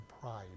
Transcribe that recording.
pride